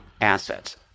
assets